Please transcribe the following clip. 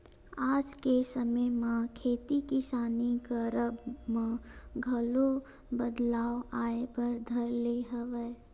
आज के समे म खेती किसानी करब म घलो बदलाव आय बर धर ले हवय